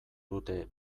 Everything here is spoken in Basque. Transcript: dute